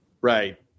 Right